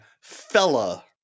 fella